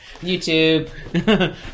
YouTube